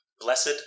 blessed